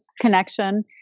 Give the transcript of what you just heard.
connection